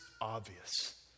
obvious